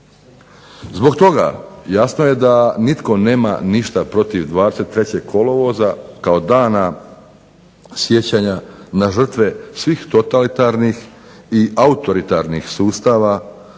Zbog toga jasno je da nitko nema ništa protiv 23.kolovoza kao dana sjećanja na žrtve svih totalitarnih i autoritarnih sustava